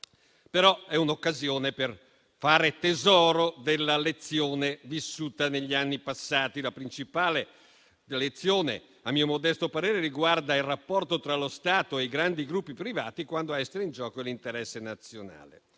però è un'occasione per fare tesoro della lezione vissuta negli anni passati. La principale lezione, a mio modesto parere, riguarda il rapporto tra lo Stato e i grandi gruppi privati, quando a essere in gioco è l'interesse nazionale.